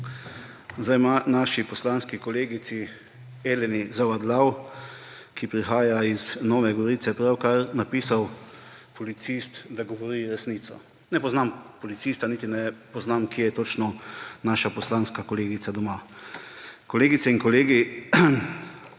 sejo! Naši poslanski kolegici Eleni Zavadlav, ki prihaja iz Nove Gorice, je pravkar napisal policist, da govori resnico. Ne poznam policista, niti ne poznam, kje je točno naša poslanska kolegica doma. Kolegice in kolegi,